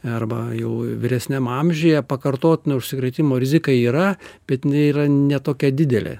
arba jau vyresniam amžiuje pakartotino užsikrėtimo rizika yra bet jinai yra ne tokia didelė